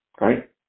right